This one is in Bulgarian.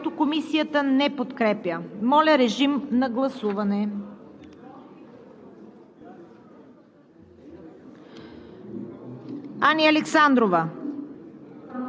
Моля, режим на гласуване